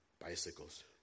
bicycles